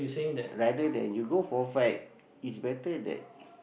rather than you go for a fight is better that